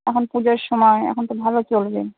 এখন পুজোর সময় এখন তো ভালো চলবে